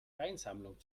weinsammlung